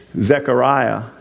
Zechariah